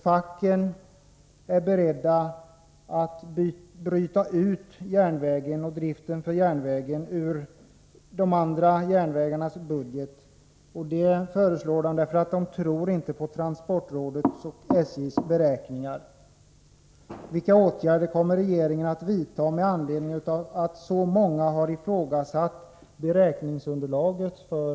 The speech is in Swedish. Facken är beredda att bryta ut driften för denna järnväg ur de andra järnvägarnas budget, och detta föreslår de därför att de inte tror på transportrådets och SJ:s beräkningar.